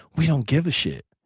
we don't give a shit.